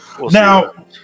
Now